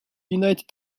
united